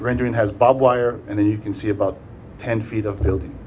rendering has bob wire and then you can see about ten feet of building